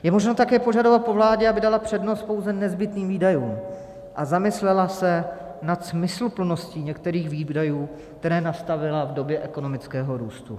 Je možné také požadovat po vládě, aby dala přednost pouze nezbytným výdajům a zamyslela se nad smysluplností některých výdajů, které nastavila v době ekonomického růstu.